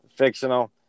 fictional